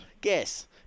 Guess